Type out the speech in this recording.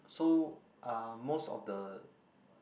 so are most of the